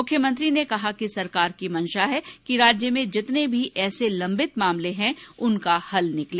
मुख्यमंत्री ने कहा कि सरकार की मंशा है कि राज्य में जितने भी ऐसे लंबित मामले हैं उनका हल निकले